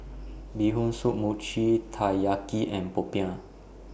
Bee Hoon Soup Mochi Taiyaki and Popiah